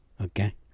Okay